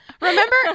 remember